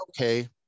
okay